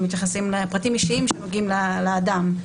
פרטים אישיים שנוגעים לאדם,